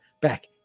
back